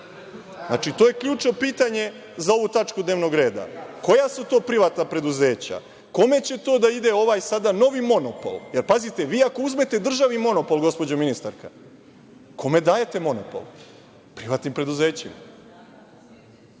čovek. Znači, to je ključno pitanje za ovu tačku dnevnog reda. Koja su to privatna preduzeća? Kome će da ide ovaj novi monopol? Pazite, vi ako uzmete državi monopol, gospođo ministarka, kome dajete monopol? Privatnim preduzećima.